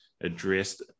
addressed